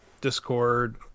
Discord